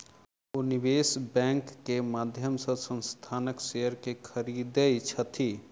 ओ निवेश बैंक के माध्यम से संस्थानक शेयर के खरीदै छथि